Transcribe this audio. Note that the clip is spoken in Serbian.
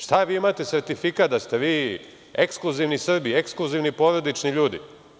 Šta, vi imate sertifikat da ste vi ekskluzivni Srbi, ekskluzivni porodični ljudi?